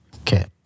Okay